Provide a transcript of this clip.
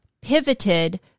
pivoted